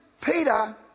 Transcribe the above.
Peter